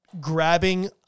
grabbing